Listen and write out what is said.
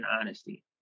honesty